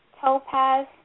topaz